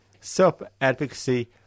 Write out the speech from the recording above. self-advocacy